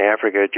Africa